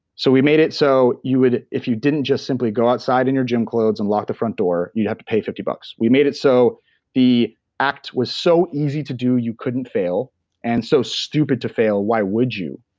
we made it so you would. if you didn't just simply go outside in your gym clothes and lock the front door you'd have to pay fifty bucks. we made it so the act was so easy to do, you couldn't fail and so stupid to fail, why would you?